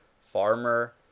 farmer